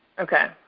okay,